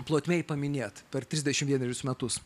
plotmėj paminėt per trisdešimt vienerius metus